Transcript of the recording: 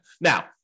Now